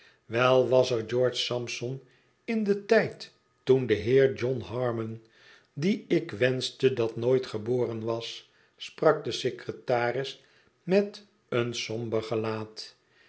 wel was er george sampson in den tijd toen de heer johnharmon die ik wenschte dat nooit geboren was sprak de secretaris met een somber gelaat